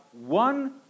one